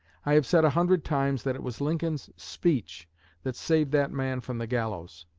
i have said a hundred times that it was lincoln's speech that saved that man from the gallows.